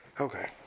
Okay